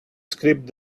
scripts